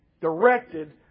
directed